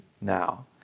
now